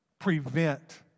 Prevent